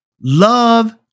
Love